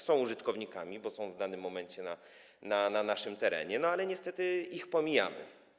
Są użytkownikami, bo są w danym momencie na naszym terenie, ale niestety ich pomijamy.